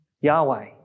Yahweh